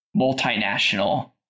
multinational